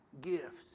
gifts